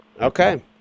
Okay